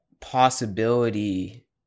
possibility